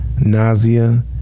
nausea